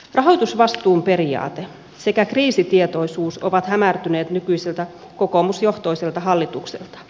rahoitusvastuun periaate sekä kriisitietoisuus ovat hämärtyneet nykyiseltä kokoomusjohtoiselta hallitukselta